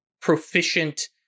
proficient